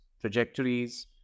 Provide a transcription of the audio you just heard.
trajectories